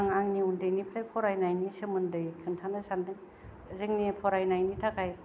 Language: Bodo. आं आंनि उन्दै निफ्राय फरायनायनि सोमोन्दै खोनथानो सानदों जोंनि फरायनायनि थाखाय